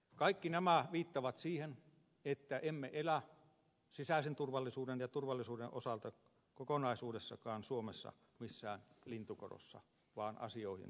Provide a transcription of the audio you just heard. kaikki nämä viittaavat siihen että emme elä sisäisen turvallisuuden ja turvallisuuden kokonaisuudenkaan osalta suomessa missään lintukodossa vaan asioihin on varauduttava